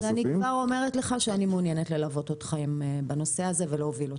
אני כבר אומרת לך שאני מעוניינת ללוות אותך בנושא הזה ולהוביל אותו.